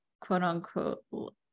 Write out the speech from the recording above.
quote-unquote